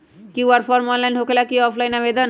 QR form online होकेला कि offline आवेदन?